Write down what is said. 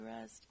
rest